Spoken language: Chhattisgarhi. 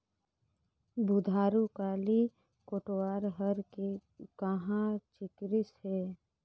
बुधारू काली कोटवार हर का के हाँका चिकरिस हे?